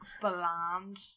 bland